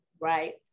right